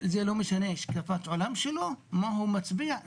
לא משנה מה השקפת העולם שלו, מה הוא מצביע.